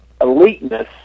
eliteness